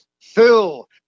Phil